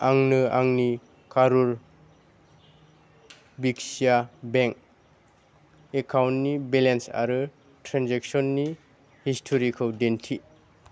आंनो आंनि कारुर भिस्या बेंक एकाउन्टनि बेलेन्स आरो ट्रेनजेक्सननि हिस्ट'रिखौ दिन्थि